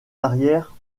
arrière